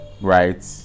right